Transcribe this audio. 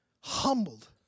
humbled